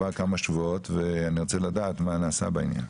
אני רוצה לדעת מה נעשה בעניין.